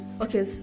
Okay